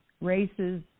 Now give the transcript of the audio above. races